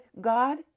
God